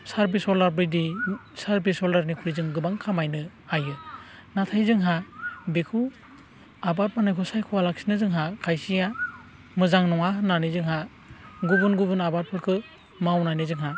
service हल्दार बायदि service हल्दारनिख्रुइ जों गोबां खामायनो हायो नाथाय जोंहा बेखौ आबाद मावनायखौ सायख'वालासिनो जोंहा खायसेया मोजां नङा होननानै जोंहा गुबुन गुबुन आबादफोरखौ मावनानै जोंहा